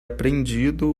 aprendido